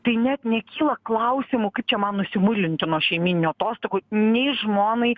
tai net nekyla klausimų kaip čia man nusimuilinti nuo šeimyninių atostogų nei žmonai